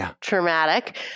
traumatic